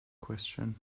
question